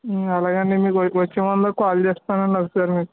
అలాగే నది మీకు వచ్చే ముందు కాల్ చేస్తానండి ఒక సారి మీకు